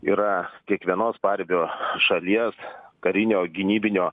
yra kiekvienos paribio šalies karinio gynybinio